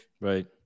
Right